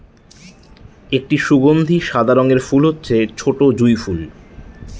একটি সুগন্ধি সাদা রঙের ফুল হচ্ছে ছোটো জুঁই ফুল